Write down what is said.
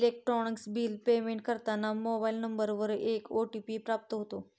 electronic bill payment करताना mobile नंबरवर एक ओ.टी.पी प्राप्त होतो